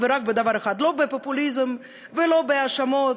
ורק בדבר אחד: לא בפופוליזם ולא בהאשמות,